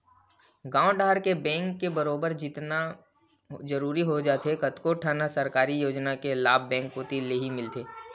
गॉंव डहर के बेंक के बरोबर होना जरूरी हो जाथे कतको ठन सरकारी योजना के लाभ बेंक कोती लेही मिलथे